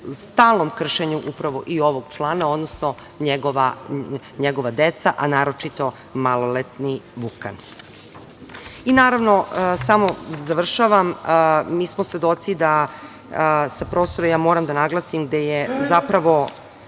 stalnom kršenju upravo i ovog člana, odnosno njegova deca, a naročito maloletni Vukan. Naravno, završavam, mi smo svedoci da, sa prostora, ja moram da naglasim, gde je zapravo